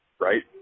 right